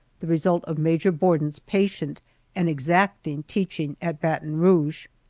the result of major borden's patient and exacting teaching at baton rouge.